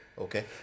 Okay